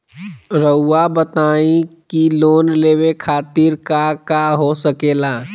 रउआ बताई की लोन लेवे खातिर काका हो सके ला?